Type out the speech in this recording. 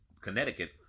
Connecticut